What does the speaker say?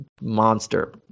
monster